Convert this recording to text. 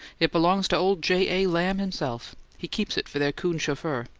it belongs to old j. a. lamb himself. he keeps it for their coon chauffeur.